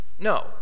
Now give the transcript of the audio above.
no